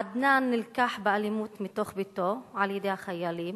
עדנאן נלקח באלימות מתוך ביתו על-ידי החיילים,